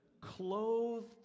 clothed